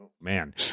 Man